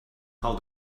how